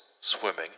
swimming